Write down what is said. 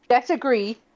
disagree